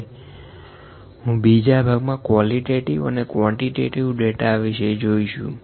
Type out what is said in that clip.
હવે હું બીજા ભાગ માં કવોલીટેટીવ અને ક્વોન્ટીટેટીવ ડેટા વિશે જોઇશું